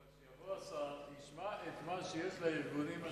אבל שיבוא השר וישמע את מה שיש לארגונים השונים לומר.